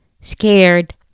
scared